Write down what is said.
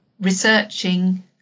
researching